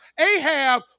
Ahab